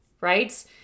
right